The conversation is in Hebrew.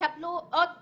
שיקבלו עוד במות.